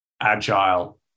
Agile